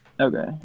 Okay